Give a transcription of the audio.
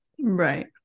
Right